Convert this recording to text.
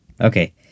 Okay